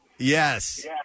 Yes